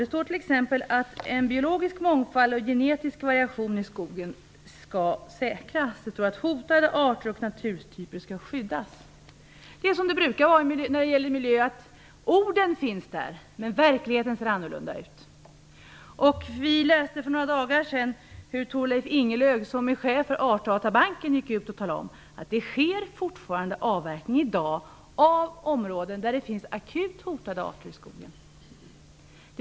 Det står t.ex. att biologisk mångfald och genetisk variation i skogen skall säkras. Det står också att hotade arter och naturtyper skall skyddas. Det är som det brukar vara när det gäller miljön. Orden finns där, men verkligheten ser annorlunda ut. Vi läste för några dagar sedan att Thorleif Ingelöf, som är chef för Artdatabanken, gick ut och talade om att det fortfarande i dag sker avverkning av områden där det finns akut hotade arter.